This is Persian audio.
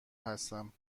هستم